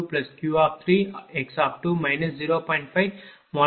5V22 ஐப் பெறுவீர்கள்